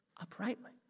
uprightly